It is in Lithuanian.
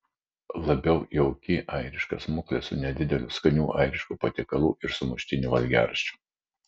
labiau jauki airiška smuklė su nedideliu skanių airiškų patiekalų ir sumuštinių valgiaraščiu